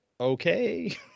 okay